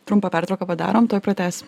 trumpą pertrauką padarom tuoj pratęsim